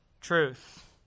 truth